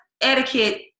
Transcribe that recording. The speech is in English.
etiquette